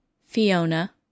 Fiona